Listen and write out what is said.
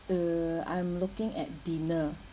uh I'm looking at dinner